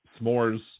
s'mores